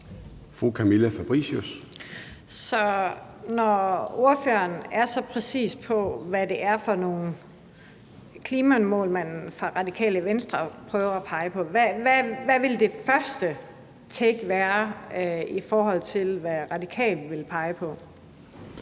når ordføreren er så præcis, med hensyn til hvad det er for nogle klimamål, man fra Radikale Venstres side prøver at pege på, hvad vil så det første take være, i forhold til hvad Radikale Venstre vil pege på?